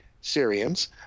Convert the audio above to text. Syrians